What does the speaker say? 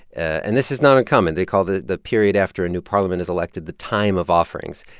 and this is not uncommon. they call the the period after a new parliament is elected the time of offerings.